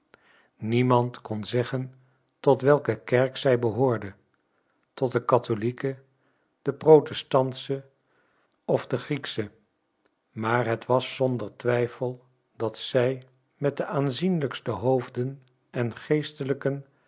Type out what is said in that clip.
niemand kon zeggen tot welke kerk zij behoorde tot de catholieke de protestantsche of de grieksche maar het was zonder twijfel dat zij met de aanzienlijkste hoofden en geestelijken